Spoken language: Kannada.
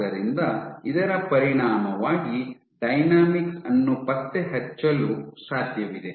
ಆದ್ದರಿಂದ ಇದರ ಪರಿಣಾಮವಾಗಿ ಡೈನಾಮಿಕ್ಸ್ ಅನ್ನು ಪತ್ತೆಹಚ್ಚಲು ಸಾಧ್ಯವಿದೆ